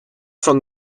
from